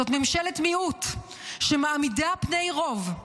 זאת ממשלת מיעוט שמעמידה פני רוב.